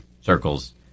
circles